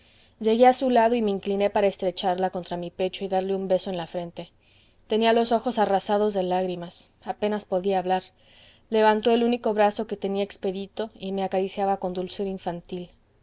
llegué a su lado y me incliné para estrecharla contra mi pecho y darle un beso en la frente tenía los ojos arrasados de lágrimas apenas podía hablar levantó el único brazo que tenía expedito y me acariciaba con dulzura infantil